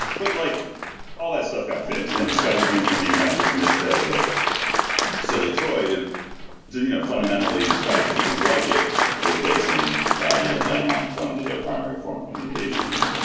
but like all that stuff got fixed, and skype went from being kind of dismissed as a silly toy to to you know fundamentally skype an and things like it replacing you know landline phones as our primary form of communication.